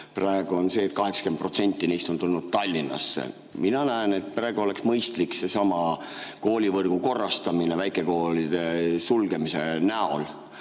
Praegu on nii, et 80% neist on tulnud Tallinnasse. Mina näen, et praegu oleks mõistlik seesama koolivõrgu korrastamine väikekoolide sulgemise näol